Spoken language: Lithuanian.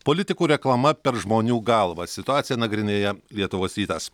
politikų reklama per žmonių galvas situaciją nagrinėja lietuvos rytas